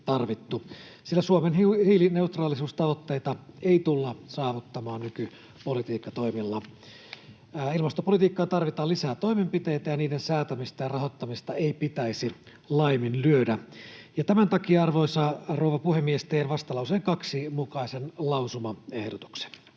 sillä Suomen hiilineutraalisuustavoitteita ei tulla saavuttamaan nykypolitiikkatoimilla. Ilmastopolitiikkaan tarvitaan lisää toimenpiteitä, ja niiden säätämistä ja rahoittamista ei pitäisi laiminlyödä. Tämän takia, arvoisa rouva puhemies, teen vastalauseen 2 mukaisen lausumaehdotuksen.